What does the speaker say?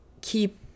keep